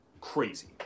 crazy